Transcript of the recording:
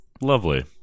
lovely